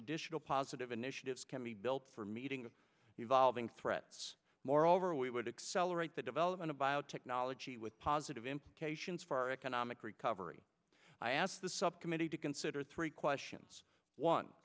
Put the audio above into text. additional positive initiatives can be built for meeting the evolving threats moreover we would accelerate the development of biotechnology with positive implications for our economic recovery i asked the subcommittee to consider three questions one